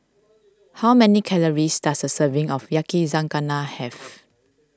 how many calories does a serving of Yakizakana have